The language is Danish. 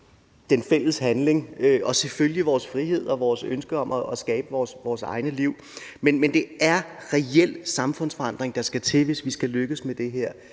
den fælles handling og selvfølgelig vores frihed til og ønske om at skabe vores egne liv. Men det er reel samfundsforandring, der skal til, hvis vi skal lykkes med det her.